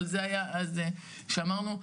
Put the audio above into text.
שאמרנו,